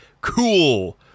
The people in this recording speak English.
cool